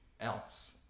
else